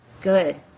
Good